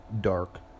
dark